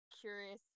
curious